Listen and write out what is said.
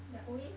they're always